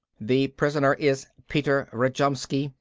the prisoner is peter rakjomskj,